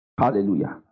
Hallelujah